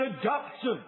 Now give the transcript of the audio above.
adoption